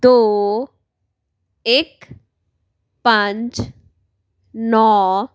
ਦੋ ਇੱਕ ਪੰਜ ਨੌਂ